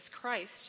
Christ